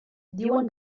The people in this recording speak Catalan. diuen